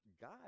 God